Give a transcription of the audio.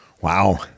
Wow